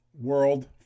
World